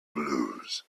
lose